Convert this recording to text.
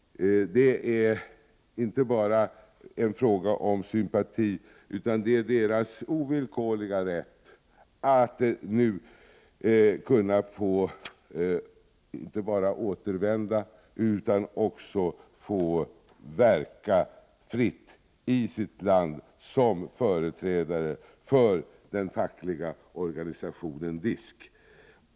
Det är inte bara fråga om sympati, utan det är deras ovillkorliga rätt att nu inte bara få återvända utan också kunna verka fritt i sitt land som företrädare för den fackliga organisationen DISK.